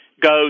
goes